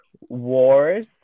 Wars